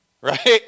right